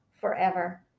forever